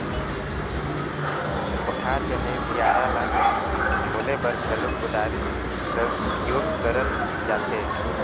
कोठार चहे बियारा ल छोले बर घलो कुदारी कर उपियोग करल जाथे